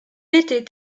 était